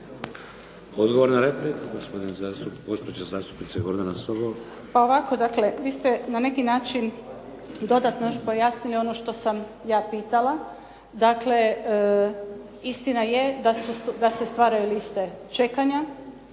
Odgovor na repliku, gospođa zastupnica Gordana Sobol. **Sobol, Gordana (SDP)** Pa ovako dakle, vi ste na neki način dodatno još pojasnili ono što sam ja pitala. Dakle, istina je da se stvaraju liste čekanja.